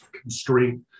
constraint